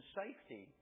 safety